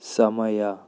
ಸಮಯ